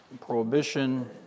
Prohibition